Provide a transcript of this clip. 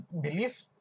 belief